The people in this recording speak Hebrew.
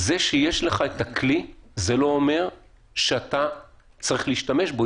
זה שיש לך את הכלי זה לא אומר שאתה צריך להשתמש בו,